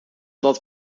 dat